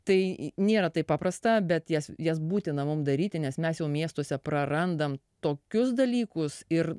tai nėra taip paprasta bet jas jas būtina mum daryti nes mes jau miestuose prarandame tokius dalykus ir